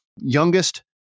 youngest